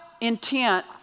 intent